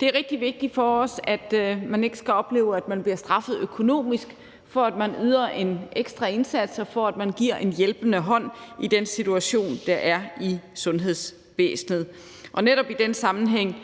Det er rigtig vigtigt for os, at man ikke skal opleve, at man bliver straffet økonomisk for, at man yder en ekstra indsats, og for, at man giver en hjælpende hånd i den situation, der er i sundhedsvæsenet. Netop i den sammenhæng